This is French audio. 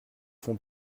font